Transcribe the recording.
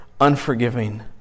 unforgiving